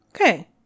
Okay